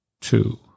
Two